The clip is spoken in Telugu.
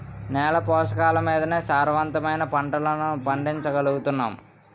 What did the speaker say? నేల పోషకాలమీదనే సారవంతమైన పంటలను పండించగలుగుతున్నాం